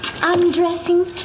undressing